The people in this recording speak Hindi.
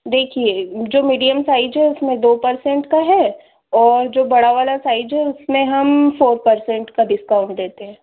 देखिए जो मीडियम साइज है उसमें दो परसेंट का है और जो बड़ा वाला साइज है उसमें हम फोर परसेंट का डिस्काउंट देते हैं